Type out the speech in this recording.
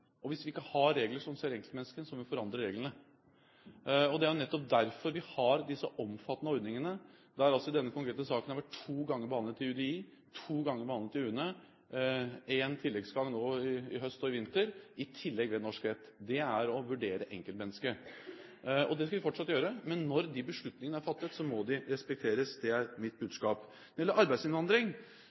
Hvis vi ikke har regler som ser enkeltmenneskene, må vi forandre reglene. Det er nettopp derfor vi har disse omfattende ordningene. Denne konkrete saken har vært behandlet to ganger i UDI, to ganger i UNE, én tilleggsgang nå i høst og i vinter, og i tillegg ved en norsk rett. Det er å vurdere enkeltmennesket. Og det skal vi fortsette å gjøre. Men når de beslutningene er fattet, må de respekteres. Det er mitt budskap. Når det gjelder arbeidsinnvandring,